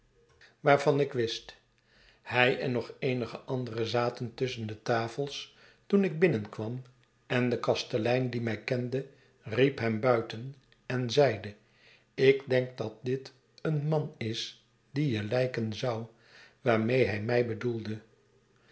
waarvan ik wist hij en nog eenige anderen zaten tusschen de tafels toen ik binnenkwam en de kastelein die mij kende riep hem buiten en zeide ik denk dat dit een man is die je lijken zou waarmee hij mij bedoelde